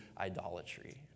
idolatry